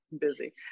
busy